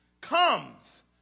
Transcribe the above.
comes